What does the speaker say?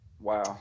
Wow